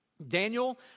Daniel